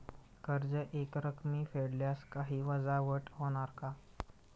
कर्ज एकरकमी फेडल्यास काही वजावट होणार का?